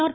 R